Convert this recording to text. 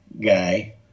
guy